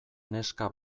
neska